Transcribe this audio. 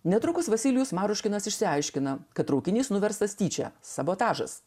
netrukus vasilijus maruškinas išsiaiškino kad traukinys nuverstas tyčia sabotažas